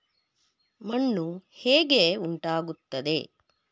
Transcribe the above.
ಮಣ್ಣು ಹೇಗೆ ಉಂಟಾಗುತ್ತದೆ?